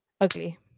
ugly